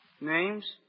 Names